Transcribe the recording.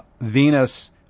Venus